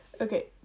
okay